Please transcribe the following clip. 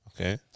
Okay